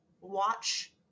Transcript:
watch